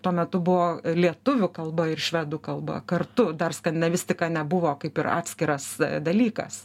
tuo metu buvo lietuvių kalba ir švedų kalba kartu dar skandinavistika nebuvo kaip ir atskiras dalykas